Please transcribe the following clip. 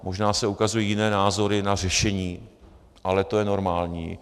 Možná se ukazují jiné názory na řešení, ale to je normální.